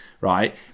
right